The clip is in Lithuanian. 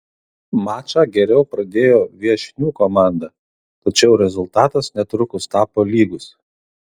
mačą geriau pradėjo viešnių komanda tačiau rezultatas netrukus tapo lygus